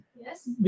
Yes